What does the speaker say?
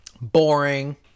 Boring